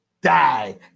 die